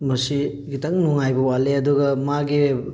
ꯃꯁꯤ ꯈꯤꯇꯪ ꯅꯨꯡꯉꯥꯏꯕ ꯋꯥꯠꯂꯦ ꯑꯗꯨꯒ ꯃꯥꯒꯤ